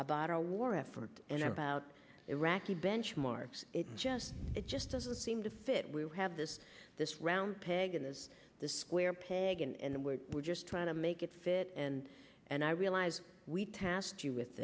about our war effort and about iraqi benchmarks it just it just doesn't seem to fit we have this this round peg is the square peg and we're just trying to make it fit and and i realize we passed you with